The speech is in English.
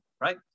Right